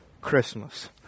Christmas